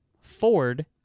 Ford